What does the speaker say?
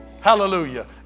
Hallelujah